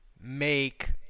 make